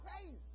crazy